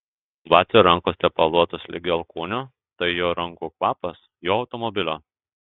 vacio rankos tepaluotos ligi alkūnių tai jo rankų kvapas jo automobilio